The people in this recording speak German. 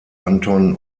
anton